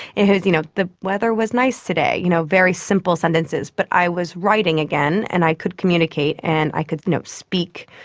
it was, you know, the weather was nice today you know very simple sentences, but i was writing again and i could communicate and i could speak.